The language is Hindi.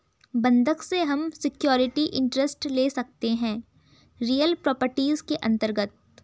बंधक से हम सिक्योरिटी इंटरेस्ट ले सकते है रियल प्रॉपर्टीज के अंतर्गत